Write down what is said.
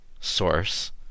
source